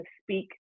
speak